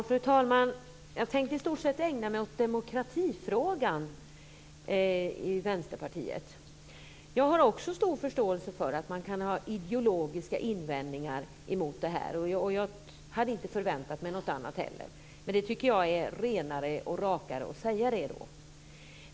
Fru talman! Jag tänkte i stort sett ägna mig åt hur demokratifrågan hanteras i Vänsterpartiet. Jag har också stor förståelse för att man kan ha ideologiska invändningar mot det här. Jag hade inte förväntat mig något annat heller. Men jag tycker att det är renare och rakare att då säga det.